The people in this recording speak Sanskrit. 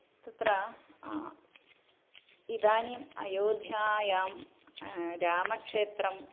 तत्र इदानीम् अयोध्यायां रामक्षेत्रं